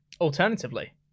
Alternatively